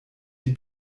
die